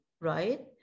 right